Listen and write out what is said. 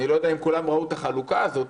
אני לא יודע אם כולם ראו את החלוקה הזאת,